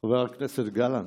חבר הכנסת גלנט,